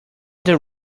that